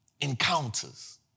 Encounters